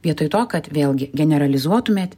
vietoj to kad vėlgi generalizuotumėt